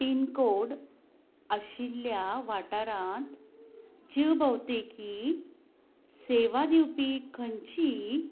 pin code आशिल्ल्या वाठारांत जीव भोवतेकी सेवा दिवपी खंयची